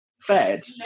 fed